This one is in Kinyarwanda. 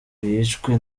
yishwe